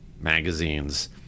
magazines